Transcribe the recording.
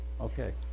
okay